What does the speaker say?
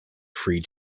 free